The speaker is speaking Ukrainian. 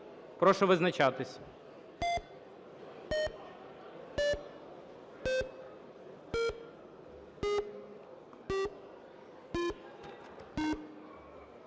Прошу визначатись.